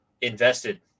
invested